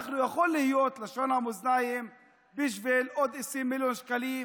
אנחנו יכולים להיות לשון המאזניים בשביל עוד 20 מיליון שקלים,